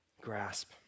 grasp